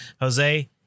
Jose